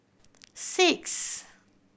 six